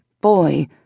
boy